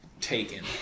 taken